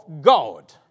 God